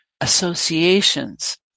associations